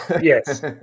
Yes